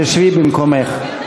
תשבי במקומך,